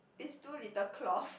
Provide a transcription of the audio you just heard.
it's too little cloth